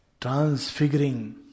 transfiguring